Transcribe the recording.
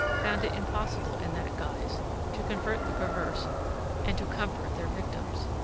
found it impossible in that guise to convert the perverse and to comfort their victims.